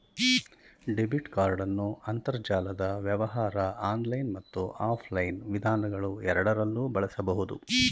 debit ಕಾರ್ಡನ್ನು ಅಂತರ್ಜಾಲದ ವ್ಯವಹಾರ ಆನ್ಲೈನ್ ಮತ್ತು ಆಫ್ಲೈನ್ ವಿಧಾನಗಳುಎರಡರಲ್ಲೂ ಬಳಸಬಹುದು